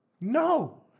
No